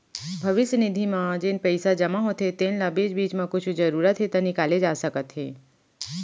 भविस्य निधि म जेन पइसा जमा होथे तेन ल बीच बीच म कुछु जरूरत हे त निकाले जा सकत हे